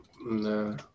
No